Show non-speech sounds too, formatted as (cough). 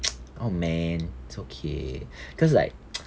(noise) !aww! man it's okay cause like (noise)